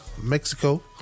Mexico